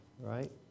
right